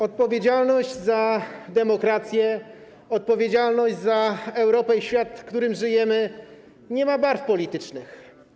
Odpowiedzialność za demokrację, odpowiedzialność za Europę i świat, w którym żyjemy, nie ma barw politycznych.